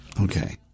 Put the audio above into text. Okay